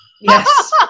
Yes